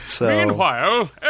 Meanwhile